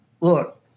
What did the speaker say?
look